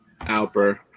Alper